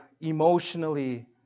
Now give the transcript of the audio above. emotionally